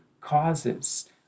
causes